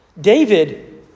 David